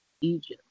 Egypt